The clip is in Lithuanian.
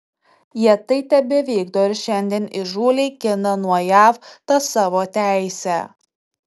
jie tai tebevykdo ir šiandien įžūliai gina nuo jav tą savo teisę